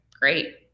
great